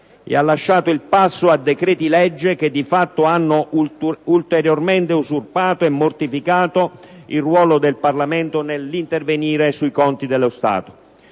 e ha lasciato il passo a decreti-legge che di fatto hanno ulteriormente usurpato e mortificato il ruolo del Parlamento nell'intervenire sui conti dello Stato,